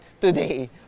today